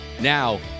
Now